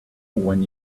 when